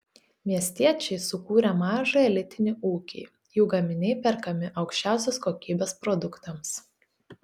miestiečiai sukūrė mažą elitinį ūkį jų gaminiai perkami aukščiausios kokybės produktams